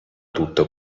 tutto